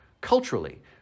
culturally